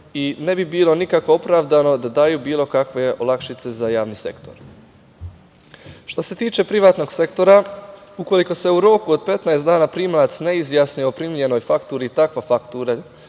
i ne bi bilo nikako opravdano da daju bilo kakve olakšice za javni sektor. Što se tiče privatnog sektora, ukoliko se u roku od 15 dana primalac ne izjasni o primljenoj fakturi, takva faktura